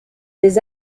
des